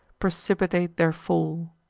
precipitate their fall.